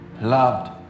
loved